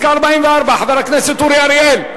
44, חבר הכנסת אורי אריאל.